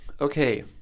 Okay